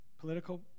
political